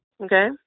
Okay